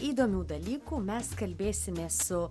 įdomių dalykų mes kalbėsimės su